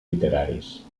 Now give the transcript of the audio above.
literaris